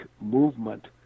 movement